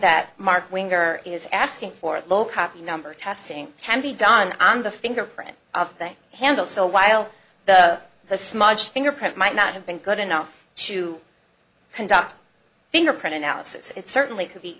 that mark winger is asking for a low copy number testing can be done on the fingerprint of the a handle so while the the smudge fingerprint might not have been good enough to conduct fingerprint analysis it certainly could be